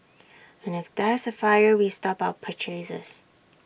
and if there's A fire we stop our purchases